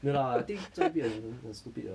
没有啦 I think 做 M_P 的人很 stupid 的